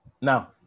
Now